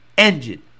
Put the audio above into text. engine